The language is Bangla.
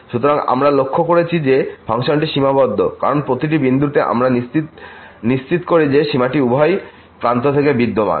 সুতরাং আমরা লক্ষ্য করেছি যে ফাংশনটি সীমাবদ্ধ কারণ প্রতিটি বিন্দুতে আমরা নিশ্চিত করি যে সীমাটি উভয় প্রান্ত থেকে বিদ্যমান